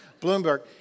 Bloomberg